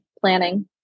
planning